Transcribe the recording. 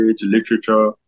literature